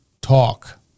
Talk